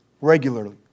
regularly